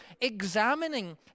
examining